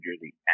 Jersey